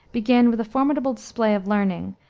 began with a formidable display of learning,